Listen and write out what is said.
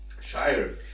Shire